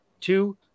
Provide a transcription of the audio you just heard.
two